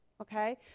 okay